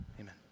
Amen